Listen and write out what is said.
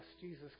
Jesus